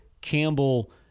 Campbell-